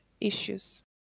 issues